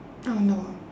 oh no ah